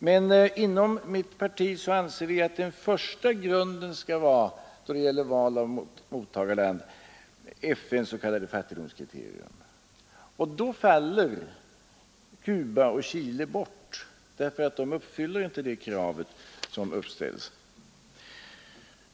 Men inom mitt parti anser vi att den första grunden när det gäller val av mottagarland skall vara FNs s.k. fattigdomskriterium. Och då faller Chile och Cuba bort, eftersom de inte uppfyller detta krav.